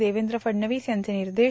देवेंद्र फडणवीस यांचे निर्देश